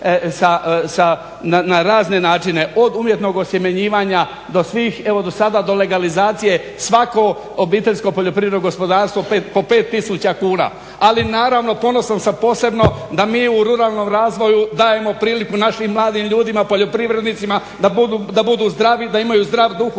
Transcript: na razne načine, od umjetnog osjemenjivanja do svih, evo do sada do legalizacije svako OPG po 5000 kuna. Ali naravno ponosan sam posebno da mi u ruralnom razvoju dajemo priliku našim mladim ljudima poljoprivrednicima da budu zdravi, da imaju zdrav duh